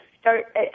start